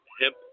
hemp